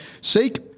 seek